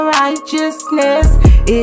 righteousness